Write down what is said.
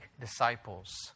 disciples